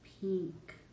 pink